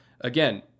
Again